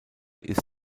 ist